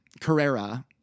Carrera